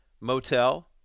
Motel